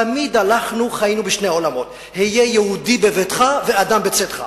תמיד חיינו בשני העולמות: היה יהודי בביתך ואדם בצאתך.